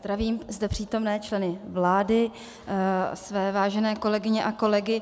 Zdravím zde přítomné členy vlády, své vážené kolegyně a kolegy.